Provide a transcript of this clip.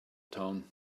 town